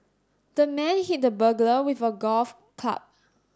the man hit the burglar with a golf club